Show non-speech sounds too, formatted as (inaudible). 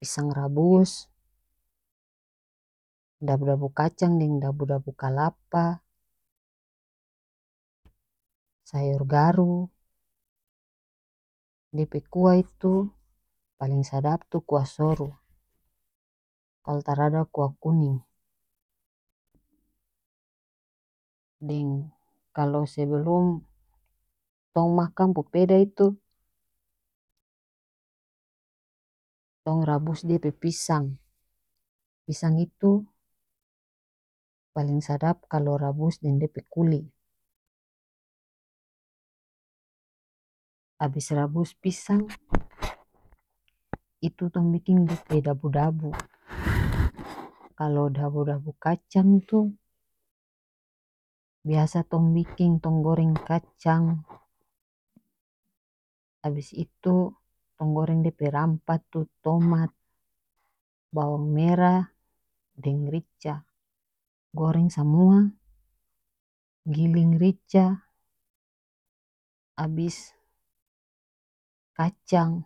pisang rabus dabu dabu kacang deng dabu dabu kalapa (noise) sayor garu dia pe kuah itu paleng sadap itu kuah soru (noise) kalo tarada kuah kuning (noise) deng kalo sebelum tong makang popeda itu tong rabus dia pe pisang pisang itu paleng sadap kalo rabus deng dia pe kuli abis rabus pisang (noise) itu tong biking dia pe (noise) dabu dabu (noise) kalo dabu dabu kacang itu biasa (noise) tong biking tong goreng kacang (noise) abis itu tong goreng dia pe rampah tu tomat bawang merah deng rica goreng samua giling rica abis kacang.